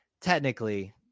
technically